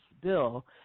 bill